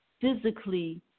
physically